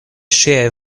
ŝiaj